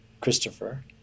Christopher